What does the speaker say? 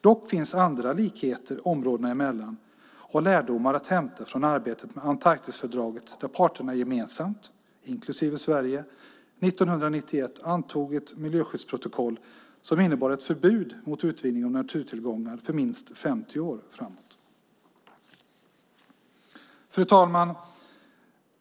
Dock finns andra likheter områdena emellan och lärdomar att hämta från arbetet med Antarktisfördraget där parterna gemensamt, inklusive Sverige, 1991 antog ett miljöskyddsprotokoll som innebar ett förbud mot utvinning av naturtillgångar för minst 50 år framåt. Fru talman!